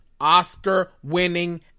Oscar-winning